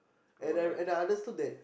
and I and I understood that